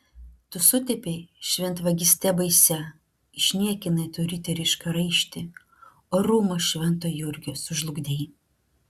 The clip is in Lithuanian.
tu sutepei šventvagyste baisia išniekinai tu riterišką raištį orumą švento jurgio sužlugdei